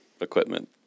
equipment